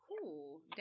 Cool